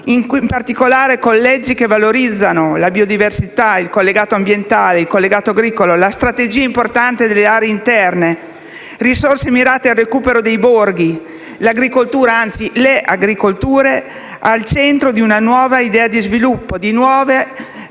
in particolare con le leggi che valorizzano la biodiversità: il collegato ambientale, il collegato agricolo, la strategia importante delle aree interne, con risorse mirate al recupero dei borghi. L'agricoltura, anzi le agricolture sono al centro di una nuova idea di sviluppo, di nuove professioni